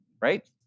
right